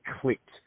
clicked